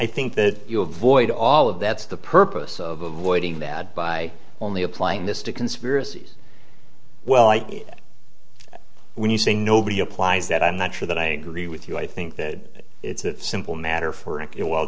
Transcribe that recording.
ink that you avoid all of that's the purpose of avoiding that by only applying this to conspiracies well i when you say nobody applies that i'm not sure that i agree with you i think that it's a simple matter for